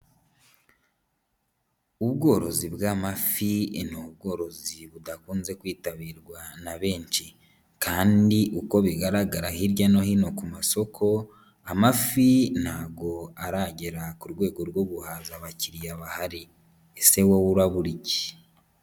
Ubworozi bw'amafi ni ubworozi budakunze kwitabirwa na benshi kandi uko bigaragara hirya no hino ku masoko, amafi ntago aragera ku rwego rwo guhaza abakiriya bahari. Ese wowe urabura iki?